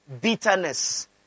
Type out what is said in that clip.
Bitterness